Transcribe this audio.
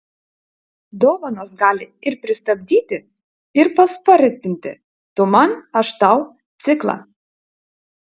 dovanos gali ir pristabdyti ir paspartinti tu man aš tau ciklą